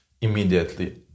immediately